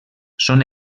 són